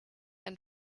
and